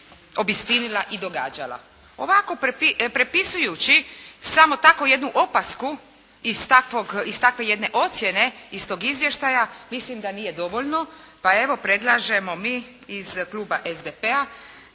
obistinila i događala. Ovako prepisujući samo tako jednu opasku iz takvog, iz takve jedne ocjene iz tog izvještaja mislim da nije dovoljno. Pa evo predlažemo mi iz Kluba SDP-a